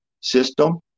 system